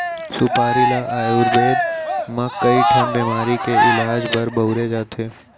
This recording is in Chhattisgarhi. सुपारी ल आयुरबेद म कइ ठन बेमारी के इलाज बर बउरे जाथे